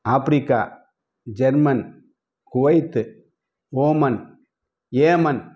Africa German Kuwait Oman Yemen